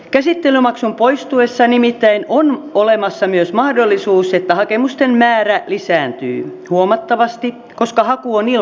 käsittelymaksun poistuessa nimittäin on olemassa myös mahdollisuus että hakemusten määrä lisääntyy huomattavasti koska haku on ilmaista